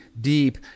deep